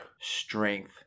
strength